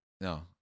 No